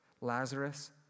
Lazarus